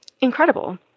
incredible